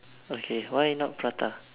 okay why not prata